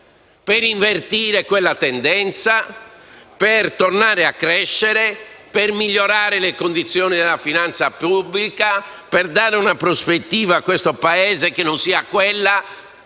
per invertire quella tendenza, per tornare a crescere, per migliorare le condizioni della finanza pubblica, per dare una prospettiva a questo Paese che non sia quella